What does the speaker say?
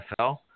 NFL